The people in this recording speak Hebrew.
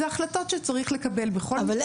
אלה החלטות שצריך לקבל בכל מקרה לגופו.